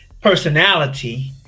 personality